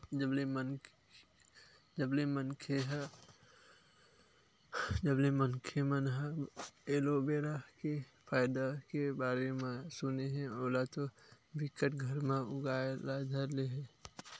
जब ले मनखे मन ह एलोवेरा के फायदा के बारे म सुने हे ओला तो बिकट घर म उगाय ले धर ले हे